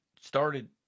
started